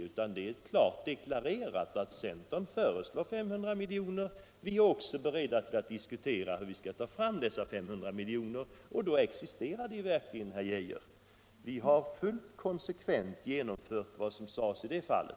Det är klart deklarerat att centern föreslår 500 miljoner och att vi även är beredda att diskutera hur dessa 500 miljoner skall tas fram. Då existerar de ju verkligen, herr Arne Geijer. Vi har fullt konsekvent genomfört vad som föreslagits i detta fall.